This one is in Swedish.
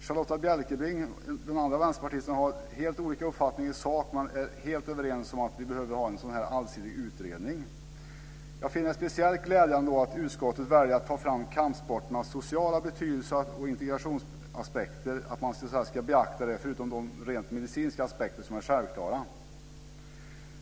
Charlotta Bjälkebring, den andra vänsterpartisten, har en helt annan uppfattning i sak, men vi är överens om att det behövs en allsidig utredning. Jag finner det då speciellt glädjande att utskottet väljer att ta fram kampsporternas sociala betydelse och beakta integrationsaspekten, förutom de rent medicinska aspekterna, som är självklara.